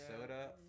soda